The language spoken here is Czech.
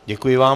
Děkuji vám.